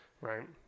right